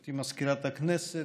גברתי מזכירת הכנסת,